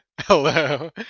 Hello